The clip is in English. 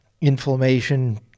inflammation